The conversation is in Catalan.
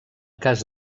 cas